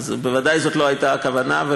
זו בוודאי לא הייתה הכוונה,